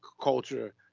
culture